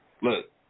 look